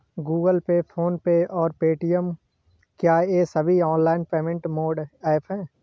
Google Pay PhonePe और Paytm क्या ये सभी ऑनलाइन पेमेंट मोड ऐप हैं?